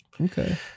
Okay